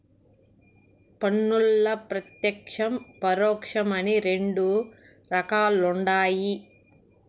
పన్నుల్ల ప్రత్యేక్షం, పరోక్షం అని రెండు రకాలుండాయి